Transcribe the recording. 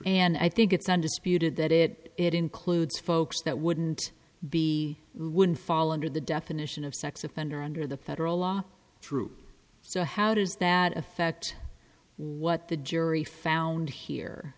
and i think it's undisputed that it it includes folks that wouldn't be would fall under the definition of sex offender under the federal law troop so how does that affect what the jury found here